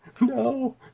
No